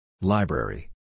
Library